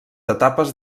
etapes